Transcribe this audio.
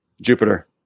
jupiter